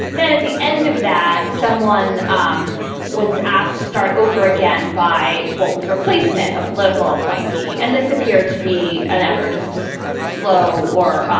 then at the end of that, someone um was asked to start over again by bolton's replacement, a political appointee. and this appeared to be an effort just just slow or,